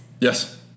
Yes